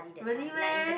really meh